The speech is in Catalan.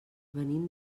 venim